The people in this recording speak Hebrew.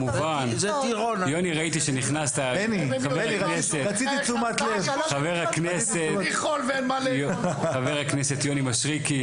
יוני ראיתי שנכנסת חבר הכנסת יוני משריקי,